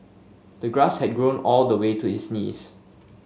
the grass had grown all the way to his knees